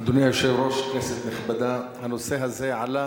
אדוני היושב-ראש, כנסת נכבדה, הנושא הזה עלה